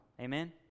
Amen